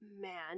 man